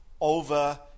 over